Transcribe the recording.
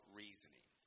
reasoning